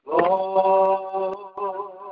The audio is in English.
Lord